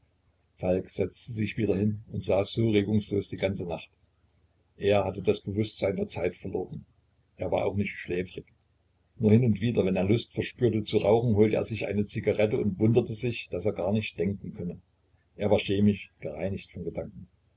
falk setzte sich wieder hin und so saß er regungslos die ganze nacht er hatte das bewußtsein der zeit verloren er war auch nicht schläfrig nur hin und wieder wenn er lust verspürte zu rauchen holte er sich eine zigarette und wunderte sich daß er gar nicht denken könne er war chemisch gereinigt von gedanken